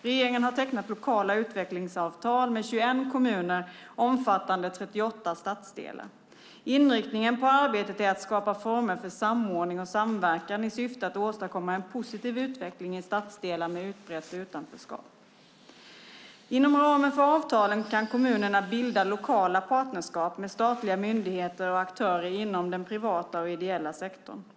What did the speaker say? Regeringen har tecknat lokala utvecklingsavtal med 21 kommuner omfattande 38 stadsdelar. Inriktningen på arbetet är att skapa former för samordning och samverkan i syfte att åstadkomma en positiv utveckling i stadsdelar med utbrett utanförskap. Inom ramen för avtalen kan kommunerna bilda lokala partnerskap med statliga myndigheter och aktörer inom den privata och ideella sektorn.